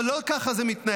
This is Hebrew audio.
אבל לא ככה זה מתנהל.